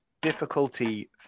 difficulty